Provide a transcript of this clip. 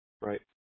Right